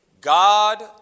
God